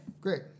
Great